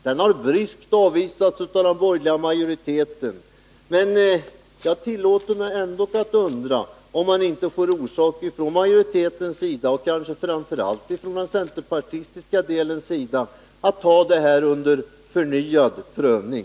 Det har bryskt avvisats av den borgerliga majoriteten, men jag tillåter mig att undra om man ändå inte från majoritetens sida — kanske gäller detta framför allt de centerpartistiska ledamöterna — får orsak att ta frågan till förnyad prövning.